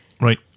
Right